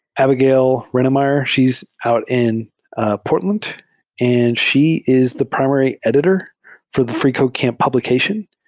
abigail rennemeyer. she's out in portland and she is the primary editor for the freecodecamp publication,